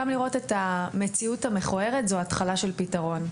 גם לראות את המציאות המכוערת זה התחלה של פתרון.